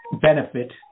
benefit